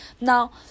Now